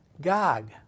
Gog